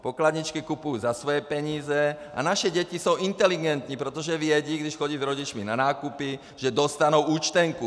Pokladničky kupuji za svoje peníze a naše děti jsou inteligentní, protože vědí, když chodí s rodiči na nákupy, že dostanou účtenku.